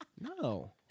No